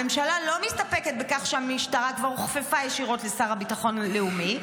הממשלה לא מסתפקת בכך שהמשטרה כבר הוכפפה ישירות לשר לביטחון הלאומי.